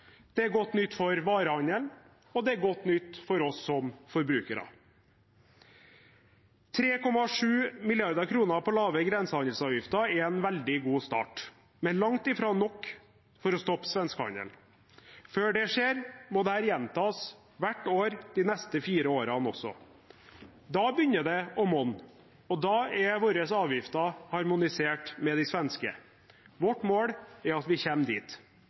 Det er godt nytt for varehandelen. Og det er godt nytt for oss som forbrukere. 3,7 mrd. kr på lavere grensehandelsavgifter er en veldig god start, men langt fra nok for å stoppe svenskehandelen. Før det skjer, må dette gjentas hvert år de neste fire årene også. Da begynner det å monne, og da er våre avgifter harmonisert med de svenske. Vårt mål er at vi kommer dit.